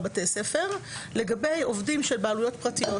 בתי ספר לגבי עובדים של בעלויות פרטיות.